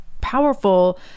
powerful